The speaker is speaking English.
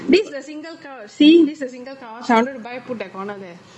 this is the single couch see this the single couch I wanted to buy put that corner there